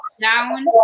down